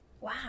wow